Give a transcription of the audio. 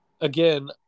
again